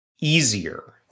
easier